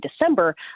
December